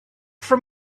from